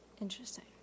Interesting